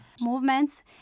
movements